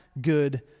good